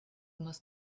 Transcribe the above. most